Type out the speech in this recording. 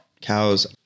cows